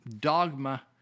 dogma